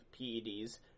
PEDs